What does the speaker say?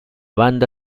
banda